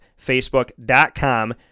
Facebook.com